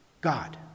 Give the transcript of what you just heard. God